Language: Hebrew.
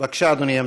בבקשה, אדוני ימשיך.